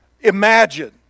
imagine